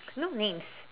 no names